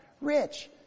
rich